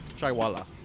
chaiwala